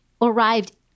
arrived